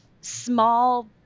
small